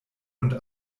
und